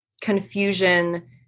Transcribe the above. confusion